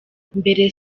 mbere